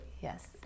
Yes